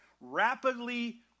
rapidly